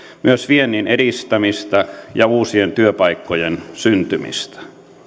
myös viennin edistämistä ja uusien työpaikkojen syntymistä